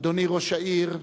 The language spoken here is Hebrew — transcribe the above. אדוני ראש העיר,